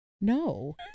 No